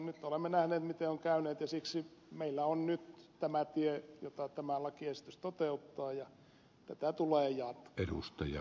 nyt olemme nähneet miten on käynyt ja siksi meillä on nyt tämä tie jota tämä lakiesitys toteuttaa ja tätä tulee jatkaa